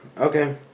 Okay